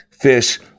Fish